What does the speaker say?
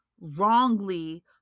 wrongly